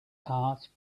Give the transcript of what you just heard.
heart